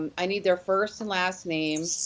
i need their first and last name.